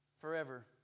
forever